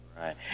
right